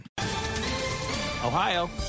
Ohio